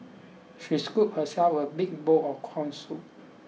she scooped herself a big bowl of corn soup